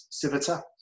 Civita